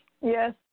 yes